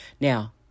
Now